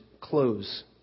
close